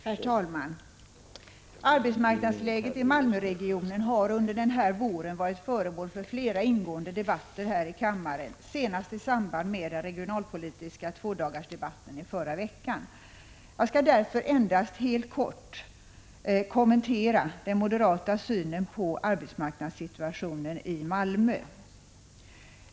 Herr talman! Arbetsmarknadsläget i Malmöregionen har under den här våren varit föremål för flera ingående debatter här i kammaren, senast i samband med den regionalpolitiska tvådagarsdebatten förra veckan. Jag skall därför endast helt kort kommentera den moderata synen på arbetsmarknadssituationen i Malmö.